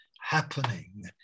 happening